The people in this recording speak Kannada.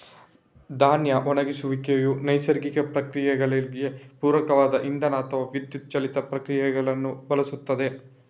ಧಾನ್ಯ ಒಣಗಿಸುವಿಕೆಯು ನೈಸರ್ಗಿಕ ಪ್ರಕ್ರಿಯೆಗಳಿಗೆ ಪೂರಕವಾದ ಇಂಧನ ಅಥವಾ ವಿದ್ಯುತ್ ಚಾಲಿತ ಪ್ರಕ್ರಿಯೆಗಳನ್ನು ಬಳಸುತ್ತದೆ